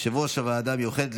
יושב-ראש הוועדה המיוחדת,